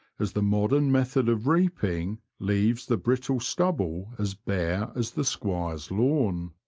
as the modern method of reaping leaves the brittle stubble as bare as the squire's lawn.